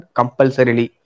compulsorily